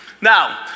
Now